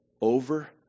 Over